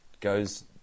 goes